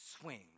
swing